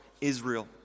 Israel